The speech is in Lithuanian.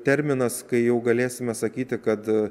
terminas kai jau galėsime sakyti kad